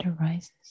arises